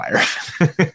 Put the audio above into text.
fire